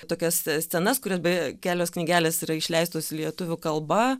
tokias scenas kurios beje kelios knygelės yra išleistos lietuvių kalba